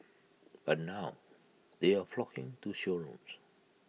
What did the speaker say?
but now they are flocking to showrooms